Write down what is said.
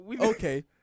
Okay